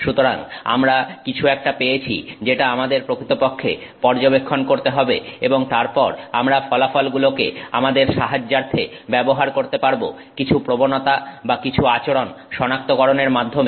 সুতরাং আমরা কিছু একটা পেয়েছি যেটা আমাদের প্রকৃতপক্ষে পর্যবেক্ষণ করতে হবে এবং তারপর আমরা ফলাফলগুলোকে আমাদের সাহায্যার্থে ব্যবহার করতে পারব কিছু প্রবণতা বা কিছু আচরণ শনাক্তকরণের মাধ্যমে